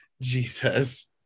Jesus